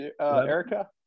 Erica